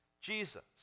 Jesus